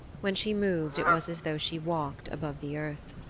when she moved it was as though she walked above the earth.